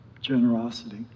generosity